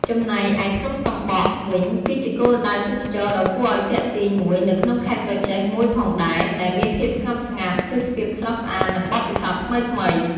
ចំណែកឯភ្នំសំបក់វិញគឺជាគោលដៅទេសចរណ៍ដ៏គួរឱ្យទាក់ទាញមួយនៅក្នុងខេត្តក្រចេះមួយផងដែរ ដែលមានភាពស្ងប់ស្ងាត់ ទេសភាពស្រស់ស្អាត និងបទពិសោធន៍ថ្មីៗ ។